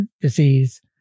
disease